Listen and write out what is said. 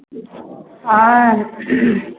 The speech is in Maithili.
हँ